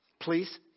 Please